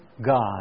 God